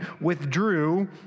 withdrew